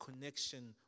connection